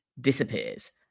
disappears